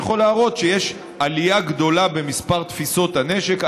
אני יכול להראות שיש עלייה גדולה במספר תפיסות הנשק,